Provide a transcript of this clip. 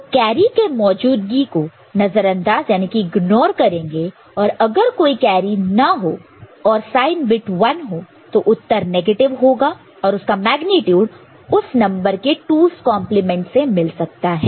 तो कैरी के मौजूदगी को नजरअंदाज इग्नोर ignore करेंगे और अगर कोई कैरी ना हो और साइन बिट 1 हो तो उत्तर नेगेटिव होगा और उसका मेग्नीट्यूड उस नंबर के 2's कंपलीमेंट 2's complement से मिल सकता है